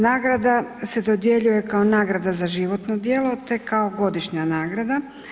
Nagrada se dodjeljuje kao nagrada za životno djelo te kao godišnja nagrada.